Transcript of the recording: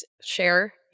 share